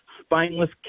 spineless